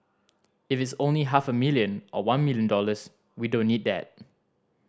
if it is only half a million or one million dollars we don't need that